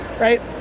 Right